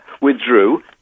withdrew